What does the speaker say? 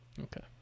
Okay